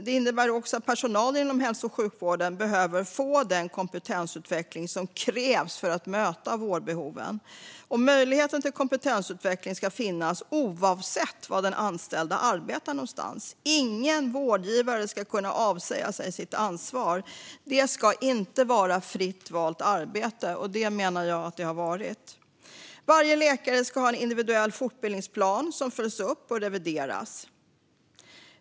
Det innebär också att personalen inom hälso och sjukvården behöver få den kompetensutveckling som krävs för att möta vårdbehoven. Möjlighet till kompetensutveckling ska finnas oavsett var den anställde arbetar någonstans. Ingen vårdgivare ska kunna avsäga sig sitt ansvar. Det ska inte vara fritt valt arbete, men det menar jag att det har varit. Varje läkare ska ha en individuell fortbildningsplan som följs upp och revideras.